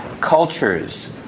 Cultures